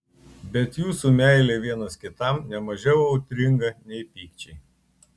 bet jūsų meilė vienas kitam ne mažiau audringa nei pykčiai